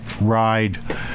ride